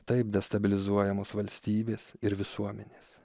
taip destabilizuojamos valstybės ir visuomenės